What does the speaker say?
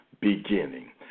beginning